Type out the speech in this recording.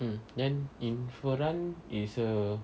mm then in sorang is a